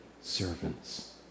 servants